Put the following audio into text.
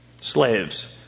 Slaves